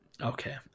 okay